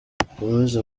mukomeze